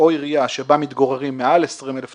או עירייה שבה מתגוררים מעל 20 אלף תושבים,